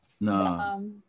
no